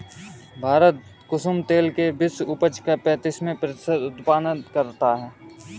भारत कुसुम तेल के विश्व उपज का पैंतीस प्रतिशत उत्पादन करता है